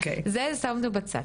את זה שמנו בצד.